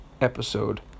episode